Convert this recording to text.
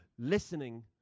Listening